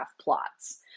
plots